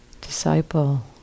disciple